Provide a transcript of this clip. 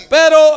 pero